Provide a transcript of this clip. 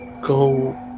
go